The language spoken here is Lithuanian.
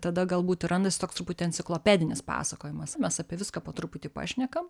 tada galbūt ir randasi toks truputį enciklopedinis pasakojimas na mes apie viską po truputį pašnekam